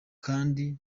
kandi